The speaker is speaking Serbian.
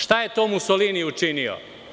Šta je to Musolini učinio?